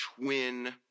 twin